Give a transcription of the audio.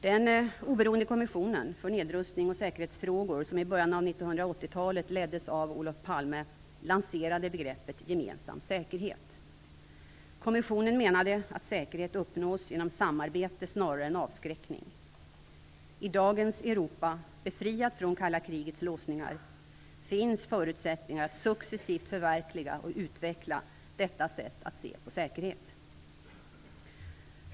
Den oberoende kommissionen för nedrustningsoch säkerhetsfrågor som i början av 1980-talet leddes av Olof Palme lanserade begreppet gemensam säkerhet. Kommissionen menade att säkerhet uppnås genom samarbete snarare än genom avskräckning. I dagens Europa, befriat från kalla krigets låsningar, finns förutsättningar för att successivt förverkliga och utveckla detta sätt att se på säkerhet.